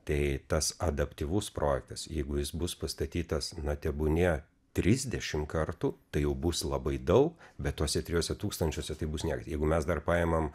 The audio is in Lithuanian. tai tas adaptyvus projektas jeigu jis bus pastatytas na tebūnie trisdešim kartų tai jau bus labai daug bet tuose trijuose tūkstančiuose tai bus niekas jeigu mes dar paimam